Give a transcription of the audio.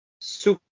super